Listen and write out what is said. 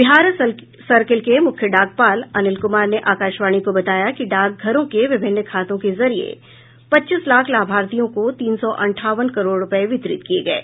Bihar circle के मुख्य डाकपाल अनिल कुमार ने आकाशवाणी को बताया कि डाकघरों के विभिन्न खातों के जरिए पच्चीस लाख लाभार्थियों को तीन सौ अंठावन करोड़ रुपये वितरित किए गये